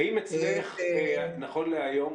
האם אצלך נכון להיום,